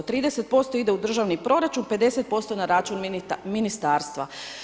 30% ide u državni proračun, 50% na račun ministarstva.